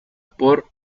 por